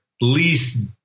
least